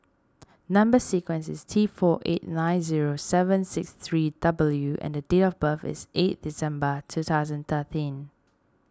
Number Sequence is T four eight nine zero seven six three W and date of birth is eight December two thousand and thirteen